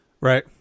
Right